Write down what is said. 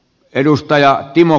edustaja timo